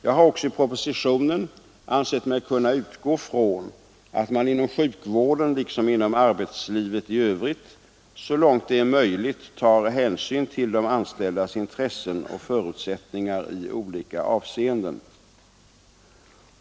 Jag har också i propositionen ansett mig kunna utgå från att man inom sjukvården liksom inom arbetslivet i övrigt så långt det är möjligt tar hänsyn till de anställdas intressen och förutsättningar i olika avseenden.